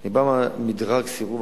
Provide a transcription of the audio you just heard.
נקבע מדרג סירוב,